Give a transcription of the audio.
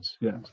yes